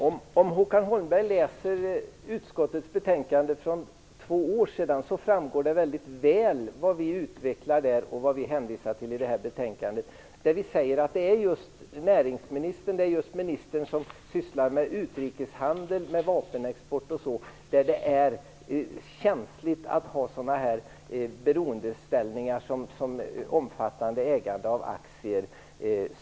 Fru talman! Om Håkan Holmberg läser utskottets betänkande från för två år sedan framgår det mycket väl vad vi utvecklar där och vad vi hänvisar till i det här betänkandet. Vi säger att det är känsligt om just näringsministern och ministern som sysslar med utrikeshandel och vapenexport är i beroendeställningar, t.ex. genom omfattande ägande av aktier.